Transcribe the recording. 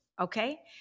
Okay